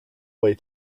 way